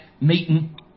meeting